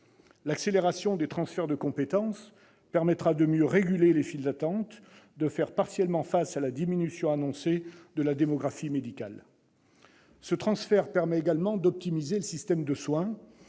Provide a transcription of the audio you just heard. L'accélération des transferts de compétences permettra de mieux réguler les files d'attente, de faire partiellement face à la diminution annoncée de la démographie médicale. Ce transfert permet également d'optimiser le système de soins,